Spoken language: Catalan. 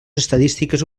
estadístiques